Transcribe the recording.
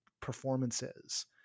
performances